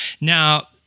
Now